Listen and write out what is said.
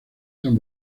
san